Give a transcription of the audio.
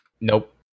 nope